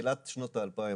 בתחילת שנות ה-2000,